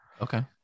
okay